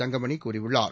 தங்கமணி கூறியுள்ளார்